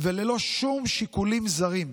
וללא שום שיקולים זרים.